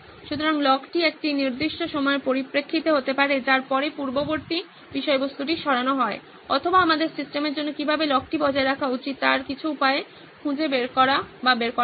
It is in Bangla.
সুতরাং লগটি একটি নির্দিষ্ট সময়ের পরিপ্রেক্ষিতে হতে পারে যার পরে পূর্ববর্তী বিষয়বস্তুটি সরানো হয় অথবা আমাদের সিস্টেমের জন্য কীভাবে লগটি বজায় রাখা উচিত তার কিছু উপায় খুঁজে বের করা বা বের করা উচিত